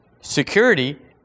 security